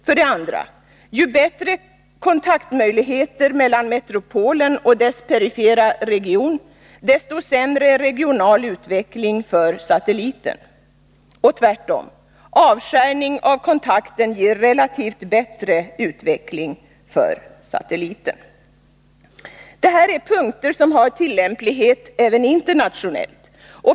För det andra: Ju bättre kontaktmöjligheterna mellan metropolen och dess perifera region är, desto sämre blir den regionala utvecklingen för satelliten. Och tvärtom: En avskärning av kontakten ger relativt sett bättre utveckling för satelliten. Dessa punkter har tillämplighet även internationellt.